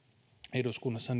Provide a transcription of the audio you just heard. eduskunnassa